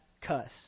cuss